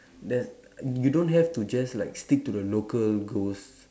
there's you don't have to just like stick to the local ghosts